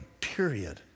period